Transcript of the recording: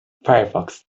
firefox